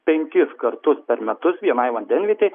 penkis kartus per metus vienai vandenvietei